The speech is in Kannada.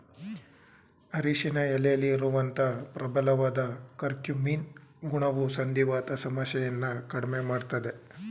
ಅರಿಶಿನ ಎಲೆಲಿ ಇರುವಂತ ಪ್ರಬಲವಾದ ಕರ್ಕ್ಯೂಮಿನ್ ಗುಣವು ಸಂಧಿವಾತ ಸಮಸ್ಯೆಯನ್ನ ಕಡ್ಮೆ ಮಾಡ್ತದೆ